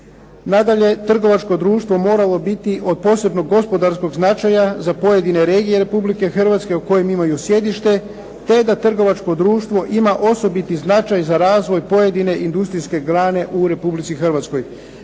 Nadalje, trgovačko društvo moralo biti od posebnog gospodarskog značaja za pojedine regije Republike Hrvatske u kojim imaju sjedište, te da trgovačko društvo ima osobiti značaj za razvoj pojedine industrijske grane u Republici Hrvatskoj.